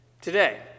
today